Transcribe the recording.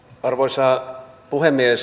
arvoisa puhemies